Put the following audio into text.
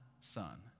son